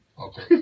Okay